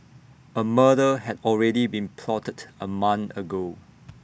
A murder had already been plotted A month ago